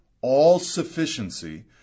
all-sufficiency